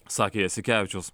sakė jasikevičius